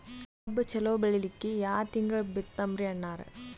ಕಬ್ಬು ಚಲೋ ಬೆಳಿಲಿಕ್ಕಿ ಯಾ ತಿಂಗಳ ಬಿತ್ತಮ್ರೀ ಅಣ್ಣಾರ?